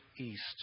east